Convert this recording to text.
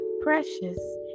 precious